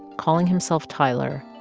calling himself tyler.